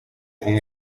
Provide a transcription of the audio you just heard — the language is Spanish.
con